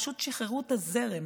פשוט שחררו את הזרם,